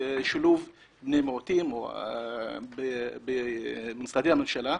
שילוב בני מיעוטים במשרדי הממשלה.